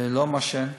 אני לא מעשן.